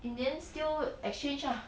in the end still exchange ah